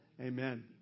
Amen